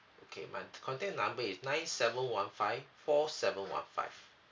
okay my contact number is nine seven one five four seven one five